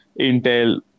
Intel